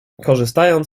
korzystając